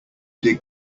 dig